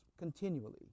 continually